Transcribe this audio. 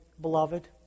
beloved